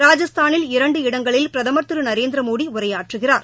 ராஜஸ்தானில் இரண்டு இடங்களில் பிரதமர் திரு நரேந்திரமோடி உரையாற்றுகிறார்